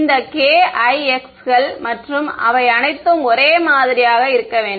இந்த kix கள் மற்றும் அவை அனைத்தும் ஒரே மாதிரியாக இருக்க வேண்டும்